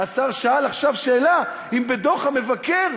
השר שאל עכשיו שאלה אם בדוח המבקר,